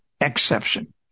exception